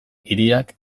hiriak